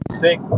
sick